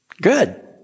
Good